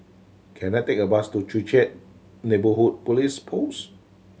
can I take a bus to Joo Chiat Neighbourhood Police Post